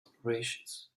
operations